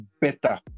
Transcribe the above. better